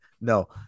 no